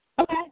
Okay